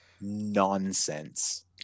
nonsense